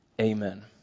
Amen